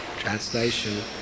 Translation